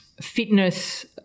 fitness